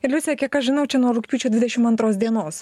liuse kiek aš žinau čia nuo rugpjūčio dvidešim antros dienos